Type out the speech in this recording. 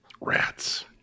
Rats